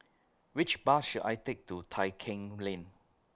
Which Bus should I Take to Tai Keng Lane